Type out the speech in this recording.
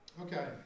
Okay